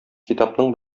китапның